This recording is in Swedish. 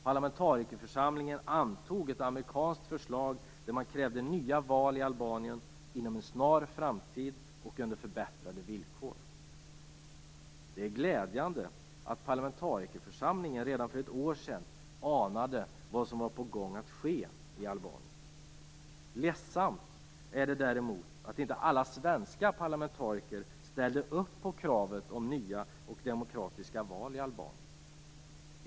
Parlamentarikerförsamlingen antog ett amerikanskt förslag där man krävde nya val i Albanien inom en snar framtid och under förbättrade villkor. Det är glädjande att parlamentarikerförsamlingen redan för ett år sedan anade vad som var på gång att ske i Albanien. Ledsamt är det däremot att inte alla svenska parlamentariker ställde upp på kravet om nya demokratiska val i Albanien.